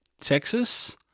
Texas